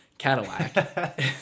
Cadillac